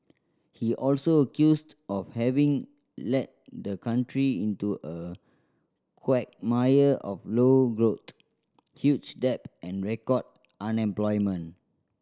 he also accused of having led the country into a quagmire of low growth huge debt and record unemployment